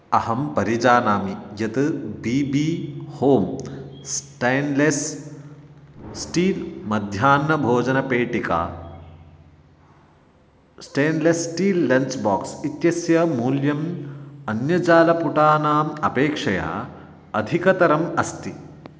अहं परिजानामि यत् बी बी हों स्टैन्लेस् स्टील् मध्याह्नभोजनपेटिका स्टेन्लेस् स्टील् लञ्च् बाक्स् इत्यस्य मूल्यम् अन्यजालपुटानाम् अपेक्षया अधिकतरम् अस्ति